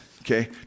Okay